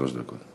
שלוש דקות.